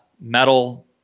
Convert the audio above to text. metal